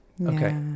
Okay